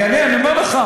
אני אענה, אני אומר לך.